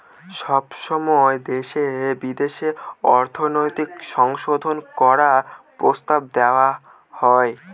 সময় সময় দেশে বিদেশে অর্থনৈতিক সংশোধন করার প্রস্তাব দেওয়া হয়